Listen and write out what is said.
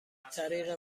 طریق